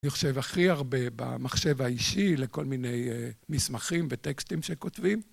אני חושב הכי הרבה במחשב האישי לכל מיני מסמכים וטקסטים שכותבים.